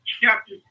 Chapter